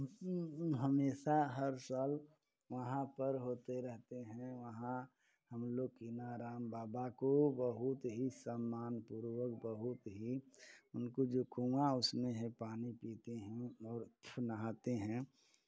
हमेशा हर साल वहाँ पर होते रहते हैं वहाँ हम लोग कीनाराम बाबा को बहुत ही सम्मानपूर्वक बहुत ही उनको जो कुआँ उसमें है पानी पीते हैं और फिर नहाते हैं